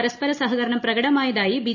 പരസ്പര സഹകരണം പ്രകടമായതായി ബി